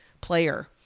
player